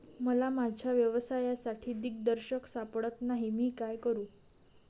मला माझ्या व्यवसायासाठी दिग्दर्शक सापडत नाही मी काय करू?